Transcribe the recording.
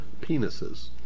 penises